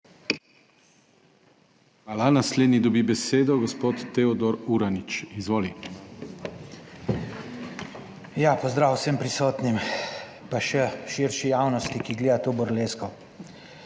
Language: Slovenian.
Pozdrav vsem prisotnim, pa še širši javnosti, ki gleda to burlesko!